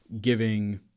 giving